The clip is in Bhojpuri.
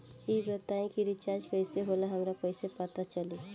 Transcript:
ई बताई कि रिचार्ज कइसे होला हमरा कइसे पता चली?